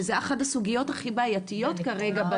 שזו אחת הסוגיות הכי בעייתיות כרגע בדיון.